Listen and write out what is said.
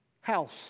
house